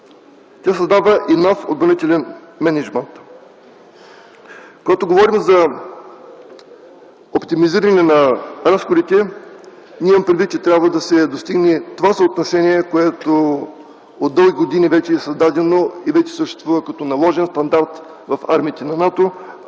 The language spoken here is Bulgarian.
Тя създава и нов отбранителен мениджмънт. Когато говорим за оптимизиране на разходите, ние имаме предвид, че трябва да се достигне това съотношение, което от дълги години вече е създадено и съществува като наложен стандарт в армиите на НАТО.